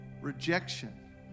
rejection